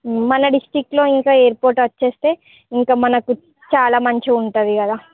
మన డిస్ట్రిక్ట్ లో ఇంకా ఎయిర్పోర్ట్ వచ్చేస్తే ఇంకా మనకు చాలా మంచిగ ఉంటుంది కదా